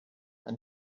and